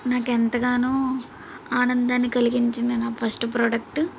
నాకు ఎంతగానో ఆనందాన్ని కలిగించింది నా ఫస్ట్ ప్రోడక్ట్